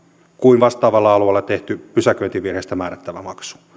kuin vastaavalla alueella tehty pysäköintivirheestä määrättävä maksu